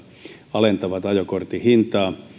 alentavat ajokortin hintaa